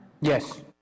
Yes